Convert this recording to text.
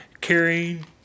carrying